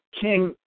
King